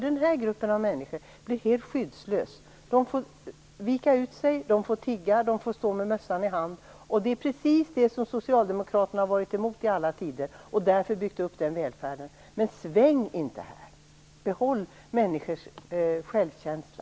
Den här gruppen av människor blir helt skyddslös. De får vika ut sig, tigga eller stå med mössan i hand. Det är precis detta som Socialdemokraterna har varit emot i alla tider, och det är därför de har byggt upp välfärden. Men sväng inte här! Behåll människors självkänsla!